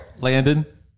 Landon